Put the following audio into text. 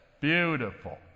beautiful